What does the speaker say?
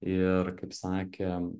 ir kaip sakė